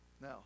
now